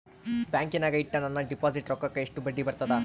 ಬ್ಯಾಂಕಿನಾಗ ಇಟ್ಟ ನನ್ನ ಡಿಪಾಸಿಟ್ ರೊಕ್ಕಕ್ಕ ಎಷ್ಟು ಬಡ್ಡಿ ಬರ್ತದ?